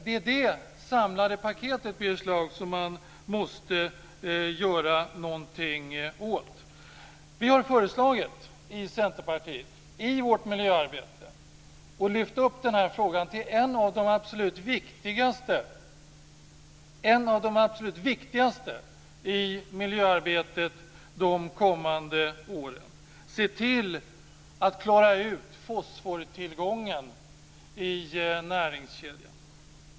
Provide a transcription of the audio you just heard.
Det är det samlade paketet, Birger Schlaug, som man måste göra någonting åt. Vi i Centerpartiet har i vårt miljöarbete föreslagit att lyfta upp den här frågan till en av de absolut viktigaste i miljöarbetet de kommande åren: Se till att klara ut fosfortillgången i näringskedjan!